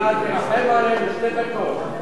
שתי דקות.